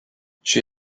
she